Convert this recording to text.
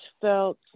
felt